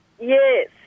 Yes